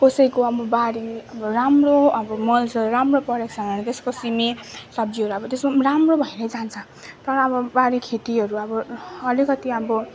कसैको अब बारी अब राम्रो अबो मलजल राम्रो गरेको छ भने त्यसको सिमी सब्जीहरू अब त्यसमा राम्रो भएर जान्छ तर अब बारी खेतीहरू अब अलिकति अबो